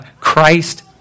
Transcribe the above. Christ